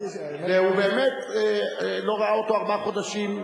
והוא באמת לא ראה אותו ארבעה חודשים.